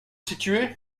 situé